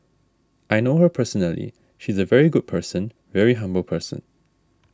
I know her personally she's a very good person very humble person